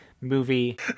movie